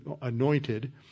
anointed